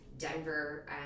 Denver